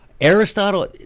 Aristotle